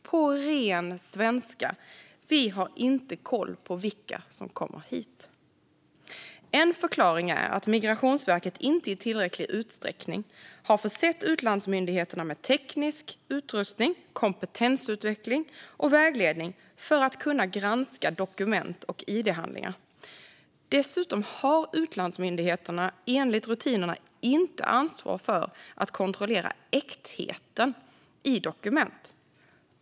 På ren svenska: Vi har inte koll på vilka som kommer hit. En förklaring är att Migrationsverket inte i tillräcklig utsträckning har försett utlandsmyndigheterna med teknisk utrustning, kompetensutveckling och vägledning för att de ska kunna granska dokument och id-handlingar. Dessutom har utlandsmyndigheterna enligt rutinerna inte ansvar för att kontrollera dokuments äkthet.